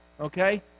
Okay